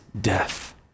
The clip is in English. death